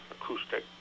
acoustic